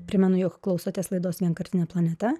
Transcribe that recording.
primenu jog klausotės laidos vienkartinė planeta